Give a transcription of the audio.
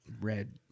red